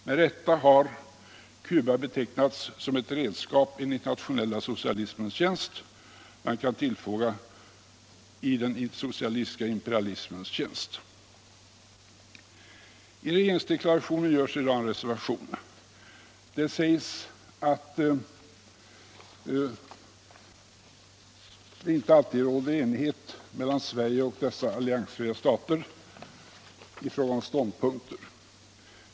Med rätta har Cuba betecknats som ett redskap i den internationella socialismens tjänst — och, kan man tillfoga, i den socialistiska imperialismens tjänst. I regeringsdeklarationen i dag görs en reservation. Där sägs att det inte alltid råder samstämmighet mellan Sverige och den alliansfria gruppen i fråga om ståndpunkter.